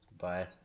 Bye